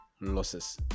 losses